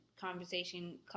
conversation